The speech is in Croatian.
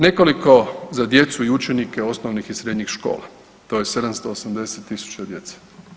Nekoliko za djecu i učenike osnovnih i srednjih škola, to je 780.000 djece.